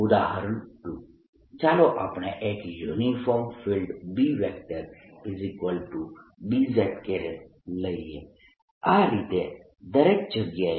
ઉદાહરણ 2 ચાલો આપણે એક યુનિફોર્મ ફિલ્ડ BB z લઈએ આ રીતે દરેક જગ્યાએ